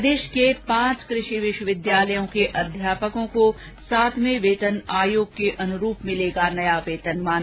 प्रदेश के पांच कृषि विश्वविद्यालयों को अध्यापकों को सातवें वेतन आयोग के अनुरूप मिलेगा नया वेतनमान